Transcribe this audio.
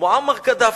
מועמר קדאפי,